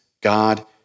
God